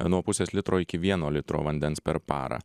nuo pusės litro iki vieno litro vandens per parą